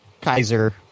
Kaiser